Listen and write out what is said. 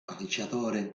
calciatore